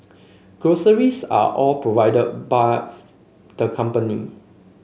groceries are all provided the company